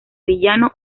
villano